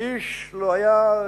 לאיש בתוכם לא היה ספק